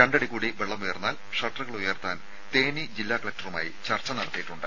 രണ്ടടി കൂടി വെള്ളം ഉയർന്നാൽ ഷട്ടറുകൾ ഉയർത്താൻ തേനി ജില്ലാ കലക്ടറുമായി ചർച്ച നടത്തിയിട്ടുണ്ട്